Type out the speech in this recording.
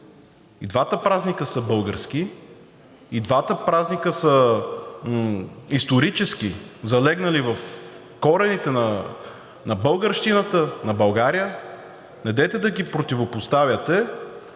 И двата празника са български, и двата празника са исторически, залегнали в корените на българщината, на България. Недейте да ги противопоставяте,